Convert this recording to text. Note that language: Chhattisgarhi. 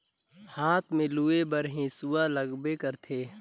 हाथ में लूए बर हेसुवा लगबे करथे